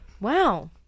wow